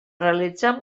realitzar